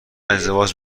ازدواج